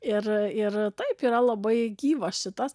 ir ir taip yra labai gyvas šitas